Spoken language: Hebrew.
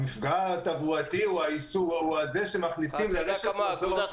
המפגע התברואתי הוא זה שמכניסים לרשת מזון -- אתה יודע כמה